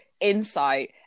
insight